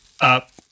up